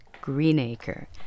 Greenacre